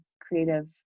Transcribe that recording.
creative